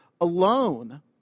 alone